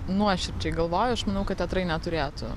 nuoširdžiai galvoju aš manau kad teatrai neturėtų